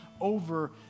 over